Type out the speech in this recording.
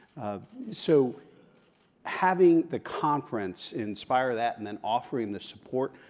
so having the conference inspire that, and then offering the support,